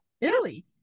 Italy